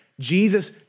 Jesus